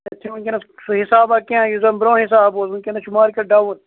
یَتھ چھِنہٕ وٕنۍکیٚنَس سُہ حسابہ کیٚنہہ یُس زَن برونٛہہ حساب اوس وٕنۍکیٚنَس چھُ مارکیٹ ڈَاوُن